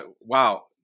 Wow